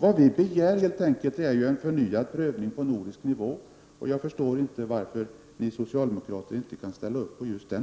Vi i folkpartiet begär helt enkelt en förnyad prövning på nordisk nivå, och jag förstår inte varför ni socialdemokrater inte kan ställa upp på det.